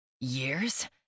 Years